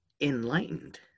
enlightened